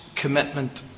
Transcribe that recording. commitment